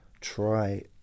Try